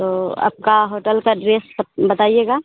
तो आपका होटल का एड्रेस बताइएगा